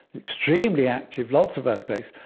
extremely active, lots of earthquakes,